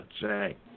say